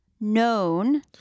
known